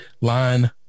line